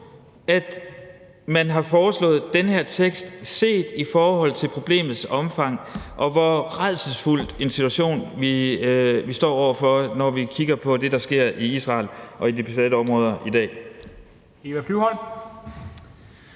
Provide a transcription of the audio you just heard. at man har foreslået den her tekst, set i forhold til problemets omfang, og hvor rædselsfuld en situation vi står over for, når vi kigger på det, der sker i Israel og i de besatte områder i dag. Kl.